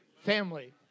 Family